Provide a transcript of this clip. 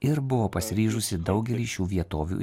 ir buvo pasiryžusi daugelį šių vietovių